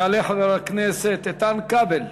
יעלה חבר הכנסת איתן כבל.